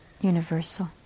universal